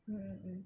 mm mmhmm